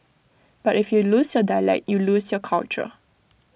but if you lose your dialect you lose your culture